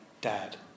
dad